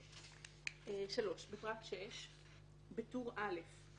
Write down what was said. (3) בפרט (6) (א) בטור א',